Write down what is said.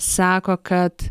sako kad